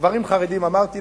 גברים חרדים אמרתי.